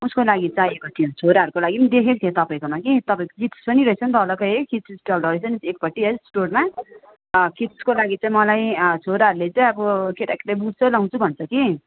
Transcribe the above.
उसको लागि चाहिएको थियो छोराहरूको लागि नि देखेक थिएँ तपाईँकोमा कि तपाईँको किड्स पनि रहेछ नि त अलग्गै है किड्स स्टल रहेछ नि त एकपट्टि स्टोरमा किड्सको लागि चाहिँ मलाई छोराहरूले चाहिँ अब केटा केटीले बुट्स लगाउँछु भन्छ कि